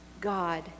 God